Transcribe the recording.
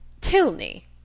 Tilney